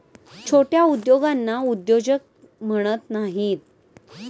छोट्या उद्योगांना उद्योजक म्हणत नाहीत